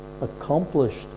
accomplished